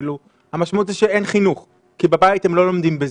היא שאין חינוך כי בבית הם לא לומדים בזום.